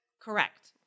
Correct